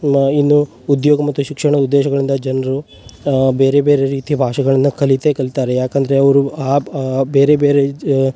ಇನ್ನು ಉದ್ಯೋಗ ಮತ್ತು ಶಿಕ್ಷಣ ಉದ್ದೇಶಗಳಿಂದ ಜನರು ಬೇರೆ ಬೇರೆ ರೀತಿಯ ಭಾಷೆಗಳನ್ನು ಕಲಿತೇ ಕಲಿತಾರೆ ಯಾಕಂದರೆ ಅವರು ಆ ಬೇರೆ ಬೇರೆ ಜ